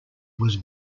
was